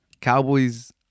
Cowboys